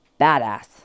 badass